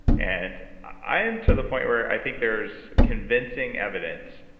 and i am to the point where i think there's convincing evidence,